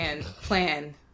plan